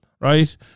right